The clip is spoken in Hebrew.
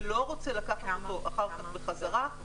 ולא רוצה לקחת אותו אחר כך בחזרה,